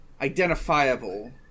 identifiable